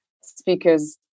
speakers